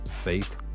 faith